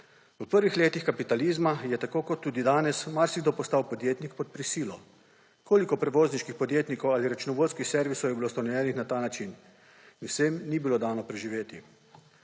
V prvih letih kapitalizma je tako kot tudi danes marsikdo postal podjetnik pod prisilo. Koliko prevozniških podjetnikov ali računovodskih servisov je bilo ustanovljenih na ta način? Vsem ni bilo dano preživeti.